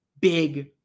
big